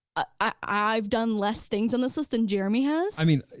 i've done less things on this list than jeremy has. i mean,